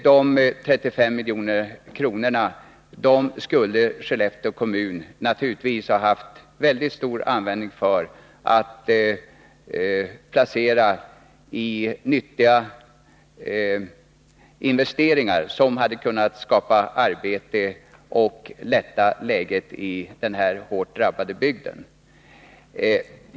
Dessa 35 milj.kr. skulle Skellefteå kommun naturligtvis ha haft väldigt stor användning för när det gäller att göra nyttiga investeringar som hade kunnat skapa arbete och lätta på läget i den här hårt drabbade bygden.